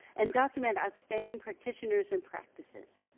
and document outstanding practitioners and practices.